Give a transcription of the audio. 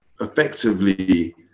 effectively